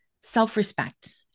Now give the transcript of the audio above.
self-respect